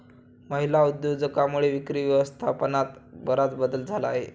महिला उद्योजकांमुळे विक्री व्यवस्थापनात बराच बदल झाला आहे